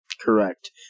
Correct